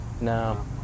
No